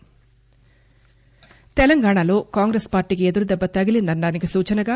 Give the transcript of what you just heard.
ఎమ్మె ల్సీ తెలంగాణాలో కాంగ్రెస్ పార్టీకి ఎదురుదెబ్బ తగిలిందనడానికి సూచనగా